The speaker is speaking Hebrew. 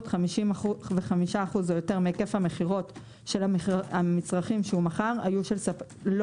55% או יותר מהיקף המכירות של המצרכים שמכר לא